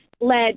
led